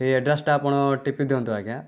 ଏଇ ଆଡ୍ରେସ୍ଟା ଆପଣ ଟିପି ଦିଅନ୍ତୁ ଆଜ୍ଞା